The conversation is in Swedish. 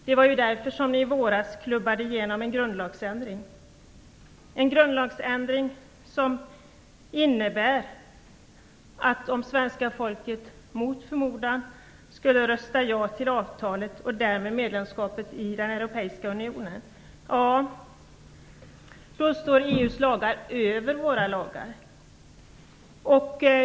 Det var därför en grundlagsändring klubbades igenom i våras, en grundlagsändring som innebär att EU:s lagar står över Sveriges lagar, om svenska folket mot förmodan skulle rösta ja till avtalet och därmed medlemskapet i den europeiska unionen.